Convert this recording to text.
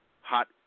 hot